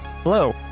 Hello